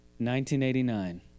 1989